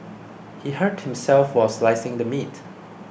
he hurt himself while slicing the meat